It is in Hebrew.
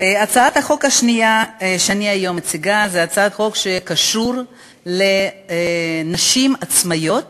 הצעת החוק השנייה שאני מציגה היום היא הצעת חוק שקשורה לנשים עצמאיות